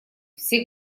все